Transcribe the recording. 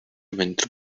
winter